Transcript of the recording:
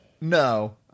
No